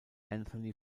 anthony